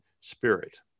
Spirit